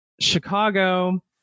Chicago